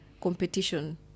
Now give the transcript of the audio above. competition